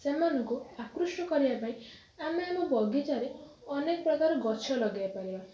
ସେମାନଙ୍କୁ ଆକୃଷ୍ଟ କରିବା ପାଇଁ ଆମେ ଆମ ବଗିଚାରେ ଅନେକ ପ୍ରକାର ଗଛ ଲଗାଇପାରିବା